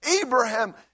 Abraham